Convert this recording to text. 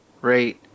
Right